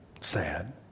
sad